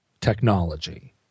technology